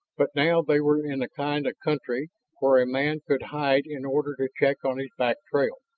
but now they were in the kind of country where a man could hide in order to check on his back trail.